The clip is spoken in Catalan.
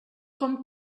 com